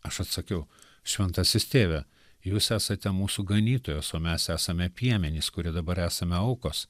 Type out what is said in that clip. aš atsakiau šventasis tėve jūs esate mūsų ganytojas o mes esame piemenys kurie dabar esame aukos